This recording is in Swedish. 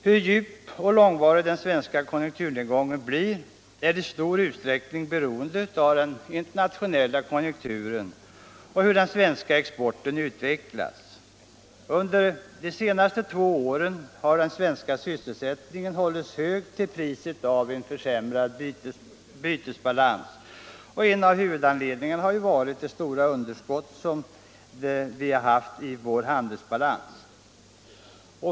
Hur djup och långvarig den svenska konjunkturnedgången blir är i stor utsträckning beroende av den internationella konjunkturen och hur den svenska exporten utvecklas. Under de senaste två åren har den svenska sysselsättningen hållits hög till priset av en försämrad bytesbalans. En huvudanledning till detta stora underskott är den ogynnsamma utvecklingen av vår handelsbalans.